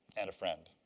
and a friend.